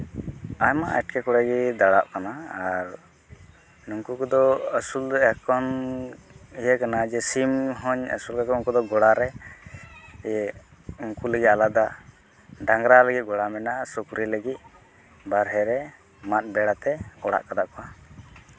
ᱟᱭᱢᱟ ᱮᱸᱴᱠᱮᱴᱚᱬᱮ ᱜᱮ ᱫᱟᱨᱟᱭ ᱠᱟᱱᱟ ᱟᱨ ᱱᱩᱝᱠᱩ ᱠᱚᱫᱚ ᱟᱹᱥᱩᱞ ᱨᱮ ᱮᱠᱷᱚᱱ ᱤᱭᱟᱹ ᱠᱟᱱᱟ ᱡᱮ ᱥᱤᱢ ᱟᱹᱥᱩᱞ ᱠᱟᱠᱚᱣᱟ ᱜᱳᱲᱟ ᱨᱮ ᱩᱱᱠᱩ ᱞᱟᱹᱜᱤᱫ ᱟᱞᱟᱫᱟ ᱰᱟᱝᱨᱟ ᱞᱟᱹᱜᱤᱫ ᱜᱳᱲᱟ ᱢᱮᱱᱟᱜᱼᱟ ᱥᱩᱠᱨᱤ ᱞᱟᱹᱜᱤᱫ ᱵᱟᱦᱨᱮ ᱨᱮ ᱢᱟᱜ ᱵᱮᱲᱟᱛᱮ ᱚᱲᱟᱜ ᱟᱠᱟᱫ ᱠᱚᱣᱟ